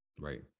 right